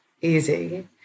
easy